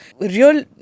real